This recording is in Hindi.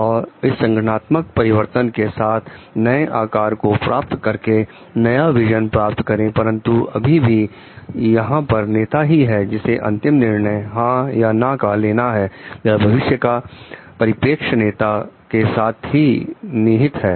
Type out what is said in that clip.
और इस संगठनात्मक परिवर्तन के साथ नए आकार को प्राप्त करके नया विजन प्राप्त करें परंतु अभी भी यहां पर नेता ही है जिसे अंतिम निर्णय हां या ना का लेना है या भविष्य का परिपेक्ष नेता के साथ ही निहित है